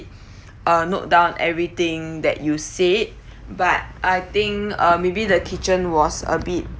uh note down everything that you said but I think uh maybe the kitchen was a bit